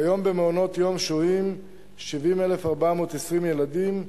כיום במעונות-יום שוהים 70,420 ילדים,